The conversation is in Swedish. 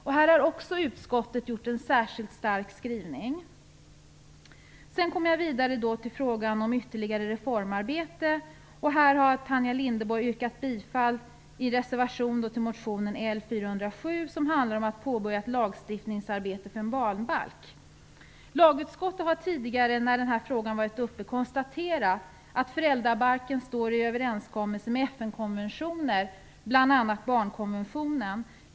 Också här har utskottet gjort en särskilt stark skrivning. Så kommer jag vidare till frågan om ytterligare reformarbete. Tanja Linderborg har i en reservation yrkat bifall till motion L407, som handlar om att påbörja ett lagstiftningsarbete för en barnbalk. Lagutskottet har tidigare när denna fråga varit uppe konstaterat att föräldrabalken står i överensstämmelse med FN-konventioner, bl.a. barnkonventionen.